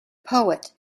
poet